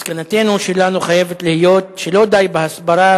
מסקנתנו שלנו חייבת להיות שלא די בהסברה